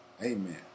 Amen